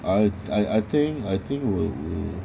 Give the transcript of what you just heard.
I I I think I think when